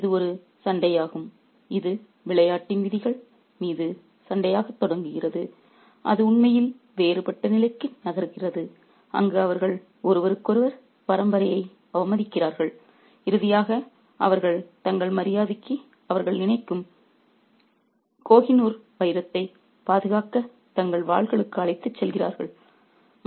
எனவே இது ஒரு சண்டையாகும் இது விளையாட்டின் விதிகள் மீது சண்டையாகத் தொடங்குகிறது அது உண்மையில் வேறுபட்ட நிலைக்கு நகர்கிறது அங்கு அவர்கள் ஒருவருக்கொருவர் பரம்பரையை அவமதிக்கிறார்கள் இறுதியாக அவர்கள் தங்கள் மரியாதைக்கு அவர்கள் நினைக்கும் க honor ரவத்தைப் பாதுகாக்க தங்கள் வாள்களுக்கு அழைத்துச் செல்கிறார்கள்